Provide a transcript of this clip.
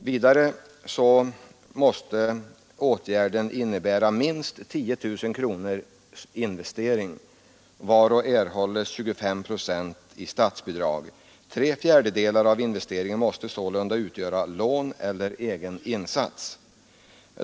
Vidare måste en rationaliseringsåtgärd inom B-stödets ram innebära en investering av minst 10 000 kronor, varav 25 procent utgår i statsbidrag. Tre fjärdedelar av investeringen måste sålunda betalas med lån eller egen insats.